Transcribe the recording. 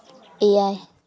ᱮᱭᱟᱭ